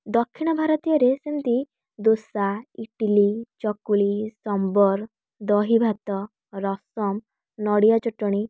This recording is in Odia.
ଦକ୍ଷିଣ ଭାରତୀୟରେ ସେମିତି ଦୋଷା ଇଟିଲି ଚକୁଳି ସମ୍ବର ଦହିଭାତ ରସମ୍ ନଡ଼ିଆ ଚଟଣୀ